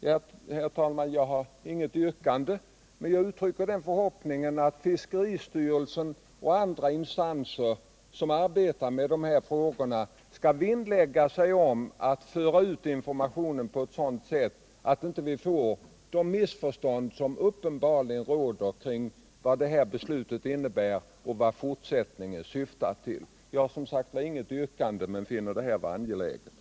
Herr talman. Jag har inget yrkande, men jag uttrycker den förhoppningen att fiskeristyrelsen och andra instanser som arbetar med de här frågorna skall vinnlägga siz om att föra ut informationen på ett sådant sätt att det inte uppstår sådana missförstånd som uppenbarligen råder kring vad det nu aktuella beslutet innebär och vad fortsättningen syftar till. Jag har funnit det angeläget att föra fram dessa synpunkter.